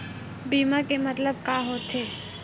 बीमा के मतलब का होथे?